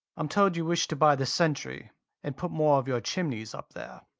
i'm told you wish to buy the centry and put more of your chimneys up there,